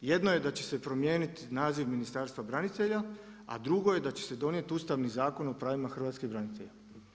Jedno je da će se promijeniti naziv Ministarstva branitelja, a drugo je da će se donijeti ustavni zakon o pravima hrvatskim branitelja.